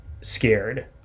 scared